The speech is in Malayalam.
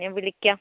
ഞാൻ വിളിക്കം